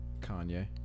Kanye